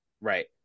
Right